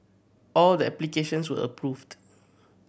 all the applications were approved